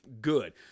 Good